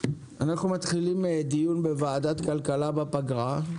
אנחנו מתחילים דיון בוועדת הכלכלה בפגרה.